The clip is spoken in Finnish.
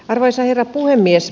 arvoisa herra puhemies